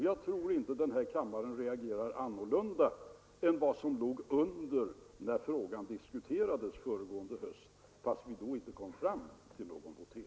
Jag tror inte kammaren nu reagerar annorlunda än under behandlingen föregående höst, då det inte blev någon votering.